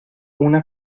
una